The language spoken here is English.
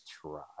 try